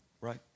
Right